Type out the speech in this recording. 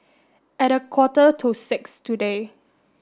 at a quarter to six today